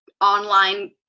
online